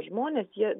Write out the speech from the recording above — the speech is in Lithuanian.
žmonės jie